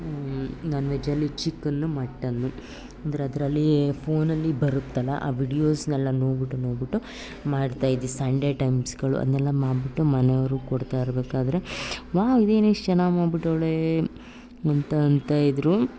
ನಾನ್ ವೆಜ್ಜಲ್ಲಿ chicken mutton ಅಂದ್ರೆ ಅದರಲ್ಲಿ ಫೋನಲ್ಲಿ ಬರುತ್ತಲ ಆ ವೀಡ್ಯೋಸ್ನೆಲ್ಲ ನೋಡ್ಬಿಟ್ಟು ನೋಡ್ಬಿಟ್ಟು ಮಾಡ್ತಾಯಿದ್ದೆ ಸಂಡೇ ಟೈಮ್ಸ್ಗಳು ಅದನ್ನೆಲ್ಲ ಮಾಡ್ಬಿಟ್ಟು ಮನೆಯವ್ರಿಗೆ ಕೊಡ್ತಾಯಿರ್ಬೇಕಾದ್ರೆ ವಾವ್ ಇದೇನೇ ಇಷ್ಟು ಚೆನ್ನಾಗಿ ಮಾಡ್ಬಿಟ್ಟವಳೆ ಅಂತ ಅಂತ ಇದ್ದರು